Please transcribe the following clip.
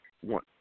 one